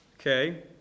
Okay